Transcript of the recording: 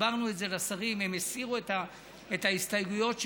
הסברנו את זה לשרים והם הסירו את ההסתייגויות שלהם.